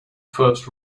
first